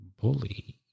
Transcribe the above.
bully